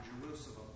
Jerusalem